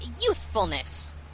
youthfulness